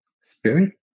spirit